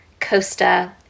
Costa